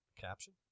Caption